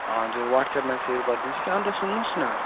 हजुर वाट्सएपमा सेयर गरिदिनुहोस् कि अन्त सुन्नुहोस् न